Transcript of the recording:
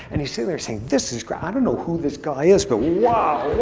and he's sitting there saying, this is great. i don't know who this guy is, but wow,